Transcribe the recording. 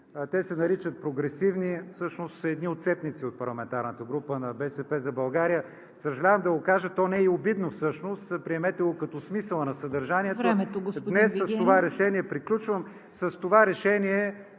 Те се наричат „прогресивни“, а всъщност са едни отцепници от парламентарната група на „БСП за България“. Съжалявам да го кажа, то не е и обидно всъщност, приемете го като смисъла на съдържанието… ПРЕДСЕДАТЕЛ ЦВЕТА КАРАЯНЧЕВА: